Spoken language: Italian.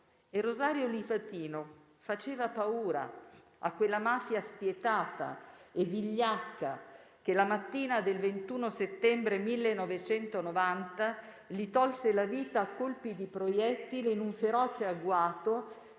E Rosario Livatino faceva paura a quella mafia spietata e vigliacca che la mattina del 21 settembre 1990 gli tolse la vita a colpi di proiettile in un feroce agguato,